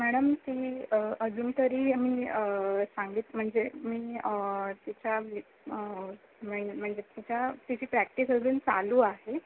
madam ती अजून तरी मी सांगत म्हणजे मी तिच्या वी म म्हणजे तिच्या तिची प्रॅक्टिस अजून चालू आहे